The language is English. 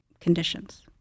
conditions